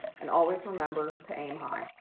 and always remember to aam high!